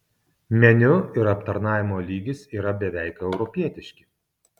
meniu ir aptarnavimo lygis yra beveik europietiški